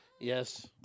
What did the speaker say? Yes